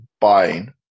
buying